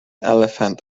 elephant